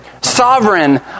Sovereign